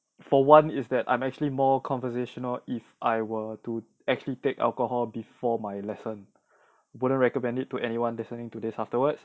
for one is that I'm actually more conversational if I were to actually take alcohol before my lesson wouldn't recommend it to anyone listening to this afterwards